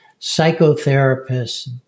psychotherapists